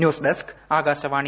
news desk Akashvani